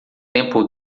tempo